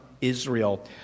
Israel